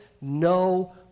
no